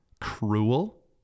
cruel